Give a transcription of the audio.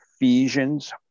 Ephesians